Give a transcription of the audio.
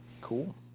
Cool